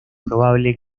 probable